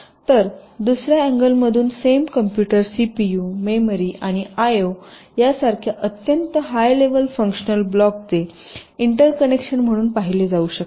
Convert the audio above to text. तर दुसर्या अँगलतून सेम कॉम्पुटर सीपीयू मेमरी आणि आय ओ सारख्या अत्यंत हाय लेवल फंक्शनल ब्लॉक्सचे इंटर कनेक्शन म्हणून पाहिले जाऊ शकते